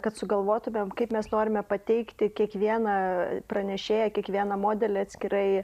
kad sugalvotumėm kaip mes norime pateikti kiekvieną pranešėją kiekvieną modelį atskirai